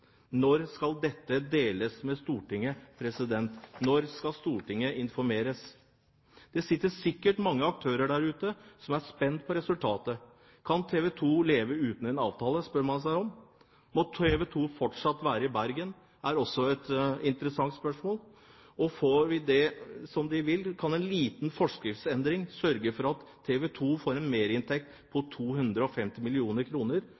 Når skal dette deles med Stortinget? Når skal Stortinget informeres? Det sitter sikkert mange aktører der ute som er spent på resultatet. Kan TV 2 leve uten en avtale, spør man seg. Må TV 2 fortsatt være i Bergen? Det er også et interessant spørsmål. Får de det som de vil, kan en liten forskriftsendring sørge for at TV 2 får en merinntekt